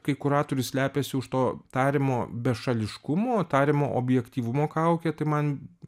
kai kuratorius slepiasi už to tariamo bešališkumo tariamo objektyvumo kauke tai man